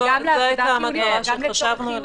זה גם לעבודה חיונית אבל גם לצורך חיוני.